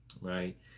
right